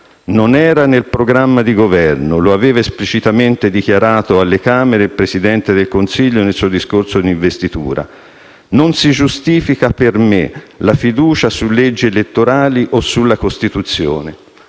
Non era nel programma di Governo: lo aveva esplicitamente dichiarato alle Camere il Presidente del Consiglio nel suo discorso di insediamento. Non si giustifica per me la fiducia su leggi elettorali o sulla Costituzione.